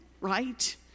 right